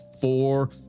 four